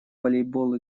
волейбол